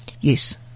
Yes